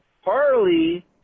Harley